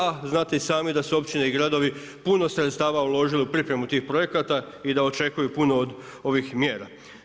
A znate i sami da su općine i gradovi puno sredstava uložili u pripremu tih projekata i da očekuju puno od ovih mjera.